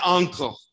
uncle